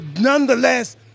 nonetheless